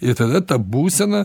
ir tada ta būsena